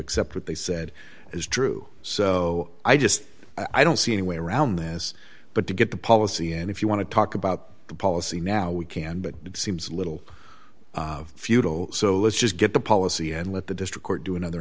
accept what they said is true so i just i don't see any way around this but to get the policy and if you want to talk about the policy now we can but it seems a little futile so let's just get the policy and let the district court do another